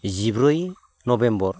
जिब्रै नभेम्बर